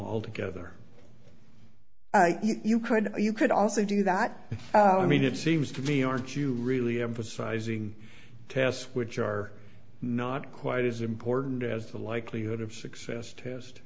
altogether you could you could also do that i mean it seems to me aren't you really emphasizing tests which are not quite as important as the likelihood of success test